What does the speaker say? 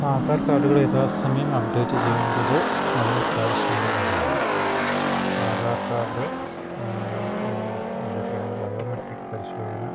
ആധാർ കാർഡുകൾ യഥാസമയം അപ്ഡേറ്റ് ചെയ്യേണ്ടത് വളരെ അത്യാവശ്യമുള്ള കാര്യമാണ് ആധാർ കാർഡ് അപ്ഡേറ്റ് ചെയ്യണമെങ്കിൽ ബയോമെട്രിക് പരിശോധന